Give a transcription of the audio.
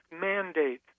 mandate